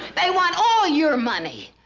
they want all your money.